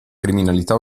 criminalità